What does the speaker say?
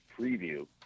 preview